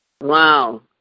wow